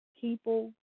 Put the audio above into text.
people